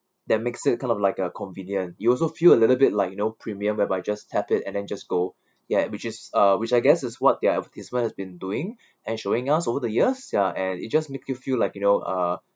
that makes it kind of like a convenient you also feel a little bit like you know premium whereby just tap it and then just go ya which is uh which I guess is what their advertisement has been doing and showing us over the years sia and it just make you feel like you know uh